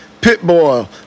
Pitbull